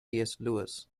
lewis